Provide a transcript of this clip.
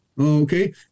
okay